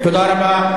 תודה רבה.